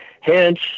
Hence